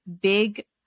big